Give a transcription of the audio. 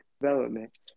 development